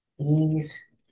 ease